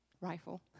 Rifle